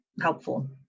helpful